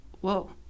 whoa